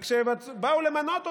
כשבאו למנות אותם,